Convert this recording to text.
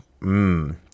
Mmm